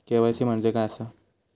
KYC म्हणजे काय आसा?